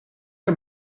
een